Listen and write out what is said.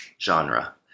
genre